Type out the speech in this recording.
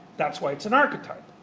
that's why it's an archetype.